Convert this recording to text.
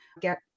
get